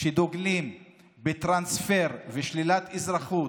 שדוגלים בטרנספר, בשלילת אזרחות